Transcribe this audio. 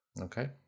Okay